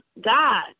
God